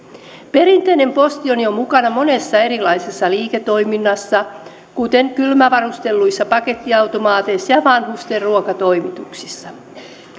perinteinen posti on jo mukana monessa erilaisessa liiketoiminnassa kuten kylmävarustelluissa pakettiautomaateissa ja vanhusten ruokatoimituksissa